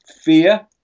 fear